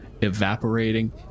evaporating